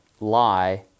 lie